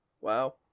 Wow